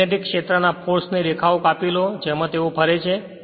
magnetic ક્ષેત્રના force ની રેખાઓ કાપી લો જેમાં તેઓ ફરે છે